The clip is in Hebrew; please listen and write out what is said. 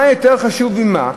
מה יותר חשוב ממה,